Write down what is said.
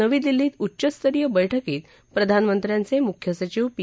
नवी दिल्लीत उच्चस्तरीय बैठकीत प्रधानमंत्र्यांचे मुख्य सचिव पी